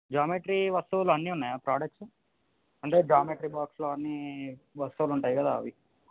geometry వస్తువులన్నీ ఉన్నాయా products అంటే జామెట్రీ బాక్స్లు అవన్నీ వస్తువులు ఉంటాయి కదా అవి